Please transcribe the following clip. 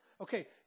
Okay